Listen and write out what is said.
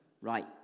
Right